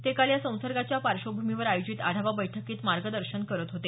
ते काल या संसर्गाच्या पार्श्वभूमीवर आयोजित आढावा बैठकीत मार्गदर्शन करत होते